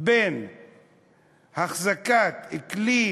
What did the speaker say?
בין החזקת כלי